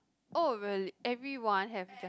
oh really everyone have